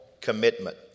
commitment